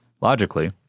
logically